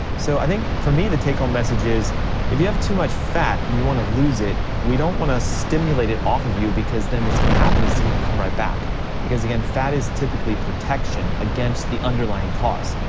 so i think for me the take home message is if you have too much fat and you wanna lose it, we don't wanna stimulate it off of you because then what's gonna happen is it's gonna come right back because again, fat is typically protection against the underlying cause.